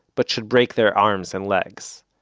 but should break their arms and legs.